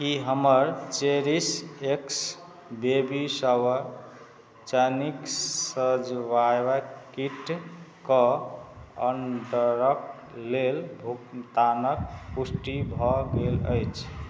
कि हमर cherish X baby shower चानीके सजबाबैके किटके ऑडरके लेल भुगतानके पुष्टि भऽ गेल अछि